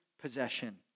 possession